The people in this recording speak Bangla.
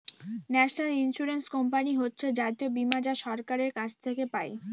ন্যাশনাল ইন্সুরেন্স কোম্পানি হচ্ছে জাতীয় বীমা যা সরকারের কাছ থেকে পাই